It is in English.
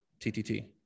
TTT